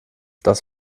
das